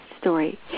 story